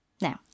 Now